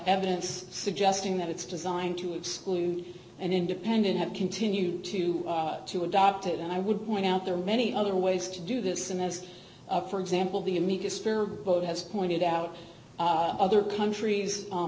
evidence suggesting that it's designed to exclude and independent have continued to to adopt it and i would point out there are many other ways to do this and as for example the amicus fair vote has pointed out other countries